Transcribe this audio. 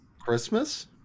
Christmas